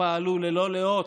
שפעלו ללא לאות,